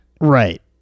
Right